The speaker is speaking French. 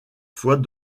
fois